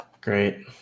Great